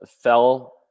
fell